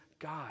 God